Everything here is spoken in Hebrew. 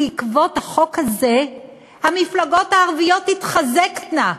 בעקבות החוק הזה המפלגות הערביות תתחזקנה.